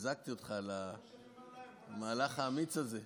וחיזקתי אותך על המהלך האמיץ הזה.